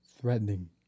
threatening